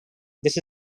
this